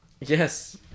Yes